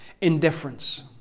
Indifference